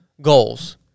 goals